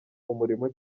umurimo